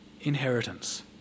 inheritance